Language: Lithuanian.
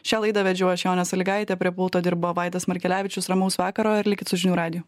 šią laidą vedžiau aš jonė salygaitė prie pulto dirbo vaidas markelevičius ramaus vakaro ir likit su žinių radiju